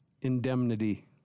indemnity